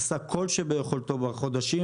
עשה כל שביכולתו בחודשים,